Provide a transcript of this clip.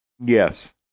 Yes